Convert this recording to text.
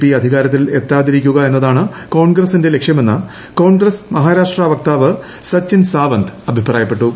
P അധികാരത്തിൽ എത്താതിരിക്കുക എന്നതാണ് കോൺഗ്രസിന്റെ ലക്ഷ്യമെന്ന് കോൺഗ്രസ് മഹാരാഷ്ട്ര വക്താവ് സചിൻ സാവന്ത് അഭിപ്രായപ്പെട്ടു